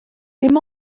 dim